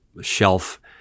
shelf